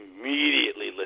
immediately